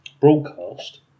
broadcast